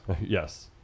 Yes